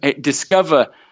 discover